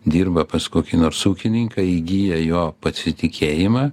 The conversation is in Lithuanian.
dirba pas kokį nors ūkininką įgyja jo pasitikėjimą